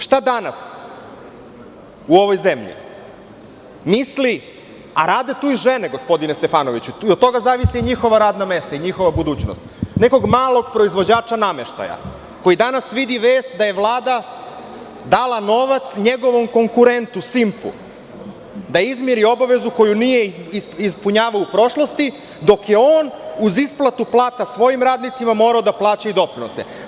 Šta danas u ovoj zemlji misli, a rade tu i žene, gospodine Stefanoviću, od toga zavise i njihova radna mesta i njihova budućnost, nekog malog proizvođača nameštaja, koji danas vidi vest da je Vlada dala novac njegovom konkurentu „Simpu“ da izmiri obavezu koju nije ispunjavao u prošlosti, dok je on, uz isplatu plata svojim radnicima, morao da plaća i doprinose.